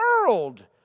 world